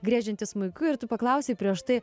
griežiantį smuiku ir tu paklausei prieš tai